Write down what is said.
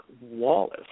Wallace